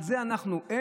תודה.